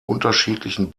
unterschiedlichen